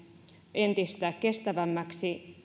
entistä kestävämmäksi